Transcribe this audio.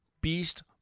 Beast